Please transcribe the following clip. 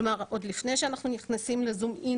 כלומר עוד לפני שאנחנו נכנסים לזוּם-אִין